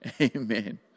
amen